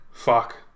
Fuck